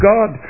God